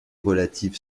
relative